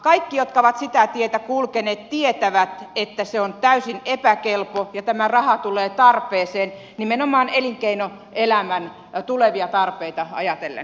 kaikki jotka ovat sitä tietä kulkeneet tietävät että se on täysin epäkelpo ja tämä raha tulee tarpeeseen nimenomaan elinkeinoelämän tulevia tarpeita ajatellen